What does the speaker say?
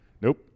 nope